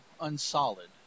unsolid